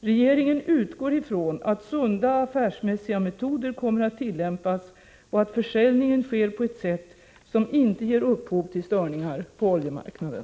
Regeringen utgår ifrån att sunda affärsmässiga metoder kommer att tillämpas och att försäljningen sker på ett sätt som inte ger upphov till störningar på oljemarknaden.